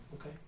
okay